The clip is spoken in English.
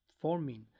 forming